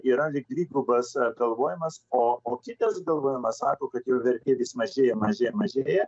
yra dvigubas galvojimas o o kitas galvojimas sako kad jo vertė vis mažėja mažėja mažėja